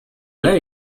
lay